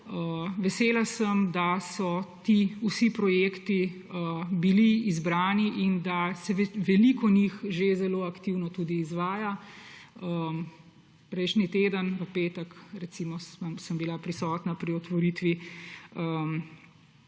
Vesela sem, da so ti vsi projekti bili izbrani in da se veliko njih že zelo aktivno tudi izvaja. Prejšnji teden, v petek, recimo, sem bila prisotna pri otvoritvi